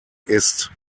ist